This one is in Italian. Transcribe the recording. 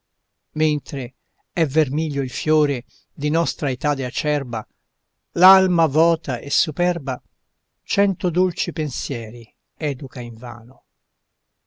mentre è vermiglio il fiore di nostra etade acerba l'alma vota e superba cento dolci pensieri educa invano